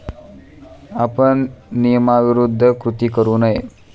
आपण नियमाविरुद्ध कृती करू नये